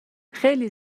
خیلی